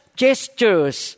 gestures